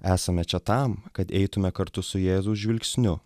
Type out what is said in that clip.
esame čia tam kad eitume kartu su jėzaus žvilgsniu